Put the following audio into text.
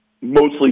mostly